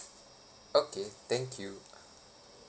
okay thank you